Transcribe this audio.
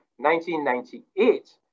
1998